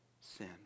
sin